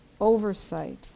oversight